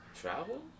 Travel